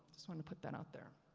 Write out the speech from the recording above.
just wanted to put that out there.